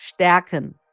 stärken